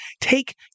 take